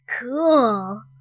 Cool